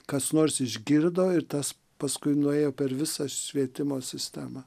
kas nors išgirdo ir tas paskui nuėjo per visą švietimo sistemą